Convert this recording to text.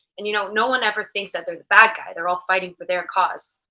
and you know no one ever thinks that they're the bad guy. they're all fighting for their cause.